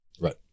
Right